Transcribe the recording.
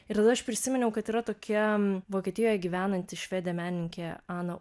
ir tada aš prisiminiau kad yra tokia vokietijoje gyvenanti švedė menininkė ana